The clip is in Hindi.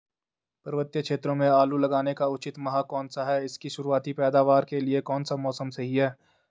पर्वतीय क्षेत्रों में आलू लगाने का उचित माह कौन सा है इसकी शुरुआती पैदावार के लिए कौन सा मौसम सही है?